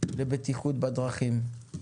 לבטיחות בדרכים.